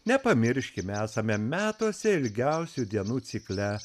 nepamirškime esame metuose ilgiausių dienų cikle